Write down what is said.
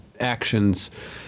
actions